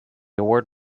award